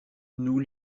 nous